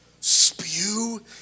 spew